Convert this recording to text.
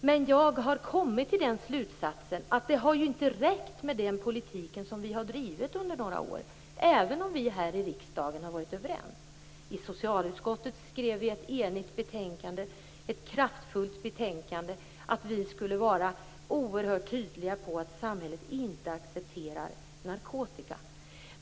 Men jag har kommit till den slutsatsen att det inte har räckt med den politik vi har drivit under några år, även om vi i riksdagen har varit överens. I socialutskottet skrev vi ett kraftfullt och enigt betänkande där det framgår att vi skall vara oerhört tydliga med att samhället inte accepterar narkotika.